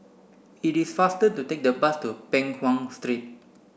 it is faster to take the bus to Peng Nguan Street